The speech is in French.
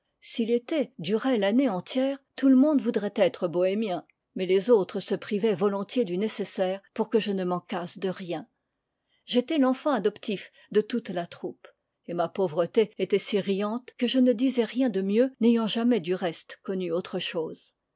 si l'été durait l'année entière tout le monde voudrait être bohémien mais les autres se privaient volontiers du nécessaire pour que je ne manquasse de rien j'étais l'enfant adoptif de toute la troupe et ma pauvreté était si riante que je ne désirais rien de mieux n'ayant jamais du reste connu autre chose